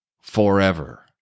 forever